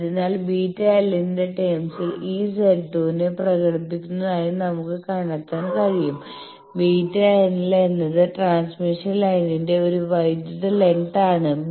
അതിനാൽ βl ന്റെ ടേമ്സിൽ ഈ Z2 നെ പ്രകടിപ്പിക്കുന്നതായി നമുക്ക് കണ്ടെത്താൻ കഴിയും βl എന്നത് ട്രാൻസ്മിഷൻ ലൈനിന്റെ ഒരു വൈദ്യുത ലെങ്ത് ആണ്